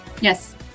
Yes